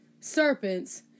serpents